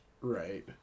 Right